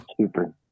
Super